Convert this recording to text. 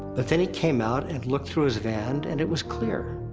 but then he came out, and looked through his van, and it was clear.